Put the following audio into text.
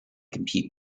compete